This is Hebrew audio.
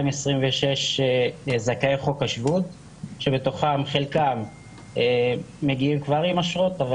11,226 זכאי חוק השבות שבתוכם חלקם מגיעים כבר עם אשרות אבל